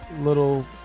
little